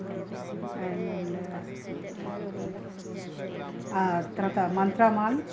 and ఆ తర్వాత Mantra mall